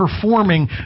performing